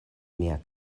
mia